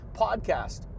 podcast